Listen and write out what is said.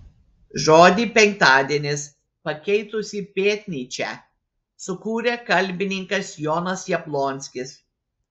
žodį penktadienis pakeitusį pėtnyčią sukūrė kalbininkas jonas jablonskis